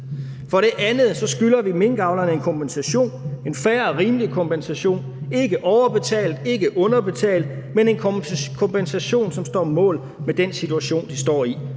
For det andet skylder vi minkavlerne en kompensation, en fair og rimelig kompensation, ikke en overbetaling og ikke en underbetaling, men en kompensation, som står mål med den situation, de står i.